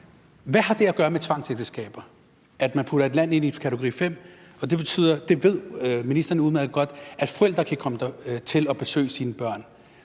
Hvad har det at gøre med tvangsægteskaber, at man putter et land ind i kategori 5? Ministeren ved udmærket godt, at forældre ikke kan komme til at besøge deres børn,